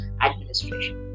administration